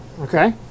Okay